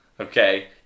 Okay